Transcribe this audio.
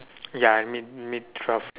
ya I mean mean twelve